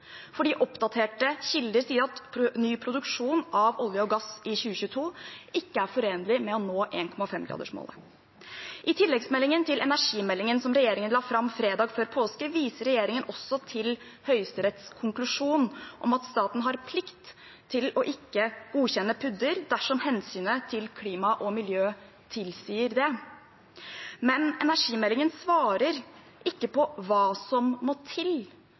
oppdaterte kilder sier at ny produksjon av olje og gass i 2022 ikke er forenlig med å nå 1,5-gradersmålet. I tilleggsmeldingen til energimeldingen som regjeringen la fram fredag før påske, viser regjeringen også til Høyesteretts konklusjon om at staten har plikt til ikke å godkjenne PUD-er dersom hensynet til klima og miljø tilsier det, men energimeldingen svarer ikke på hva som må til